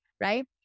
right